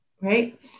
Right